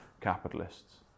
capitalists